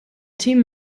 team